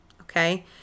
okay